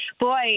Boy